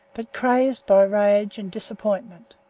but crazed by rage and disappointment.